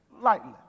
lightly